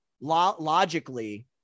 logically